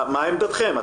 מה עמדתכם?